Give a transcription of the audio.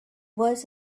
was